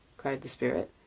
cried the spirit.